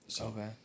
Okay